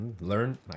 Learn